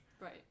Right